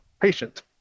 patient